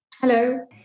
Hello